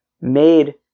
made